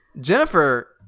Jennifer